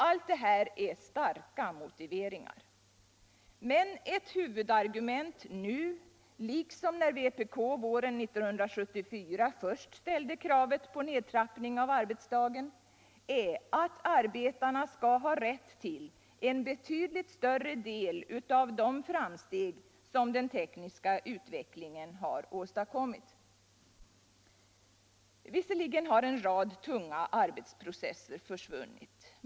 Allt detta är starka motiveringar men ett huvudargument nu, liksom när vpk våren 1974 först ställde kravet på nedtrappning av arbetsdagen, är att arbetarna skall ha rätt till en betydligt större del av de framsteg som den tekniska utvecklingen har åstadkommit. Visserligen har en rad tunga arbetsprocesser försvunnit.